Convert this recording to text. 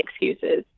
excuses